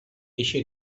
eixe